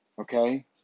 Okay